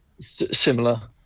similar